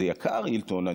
זה יקר, הילטון.